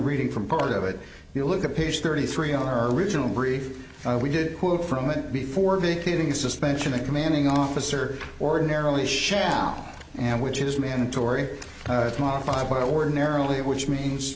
reading from part of it if you look at page thirty three on our original brief we did quote from it before vacating suspension a commanding officer ordinarily shall and which is mandatory modified by ordinarily which means